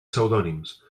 pseudònims